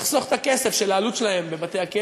לחסוך את הכסף של העלות שלהם בבתי-הכלא.